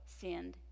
send